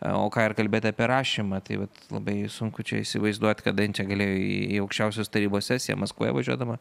o ką ir kalbėti apie rašymą tai vat labai sunku čia įsivaizduoti kada jin čia galėjo į aukščiausios tarybos sesiją maskvoje važiuodama